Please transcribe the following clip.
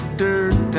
dirt